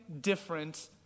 different